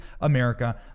America